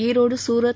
Erode Surat